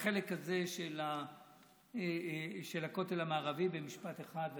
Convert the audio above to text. בחלק הזה של הכותל המערבי, במשפט אחד.